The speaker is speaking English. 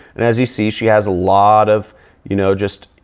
and as you see, she has a lot of you know just,